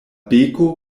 beko